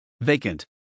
vacant